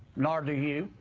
nor do you.